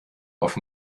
auf